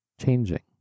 changing